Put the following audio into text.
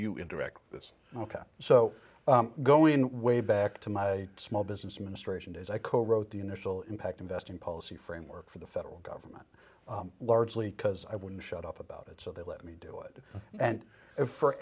you indirect this ok so going way back to my small business administration days i co wrote the initial impact investing policy framework for the federal government largely because i wouldn't shut up about it so they let me do it and